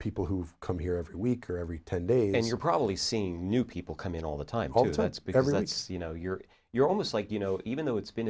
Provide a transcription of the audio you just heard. people who come here every week or every ten days and you're probably seeing new people come in all the time because it's you know you're you're almost like you know even though it's been